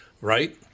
right